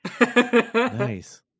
Nice